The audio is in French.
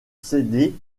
céder